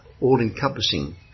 all-encompassing